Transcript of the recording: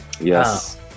Yes